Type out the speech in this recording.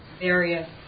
various